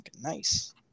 Nice